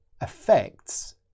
affects